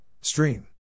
Stream